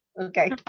okay